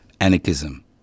Anarchism